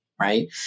right